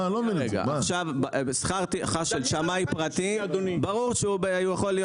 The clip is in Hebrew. ברור ששכר טרחה של שמאי פרטי יכול להיות